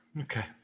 okay